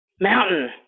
Mountain